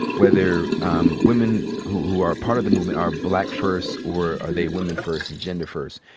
whether um women who are part of the movement are black first or are they women first, gender first.